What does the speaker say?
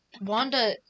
Wanda